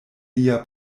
lia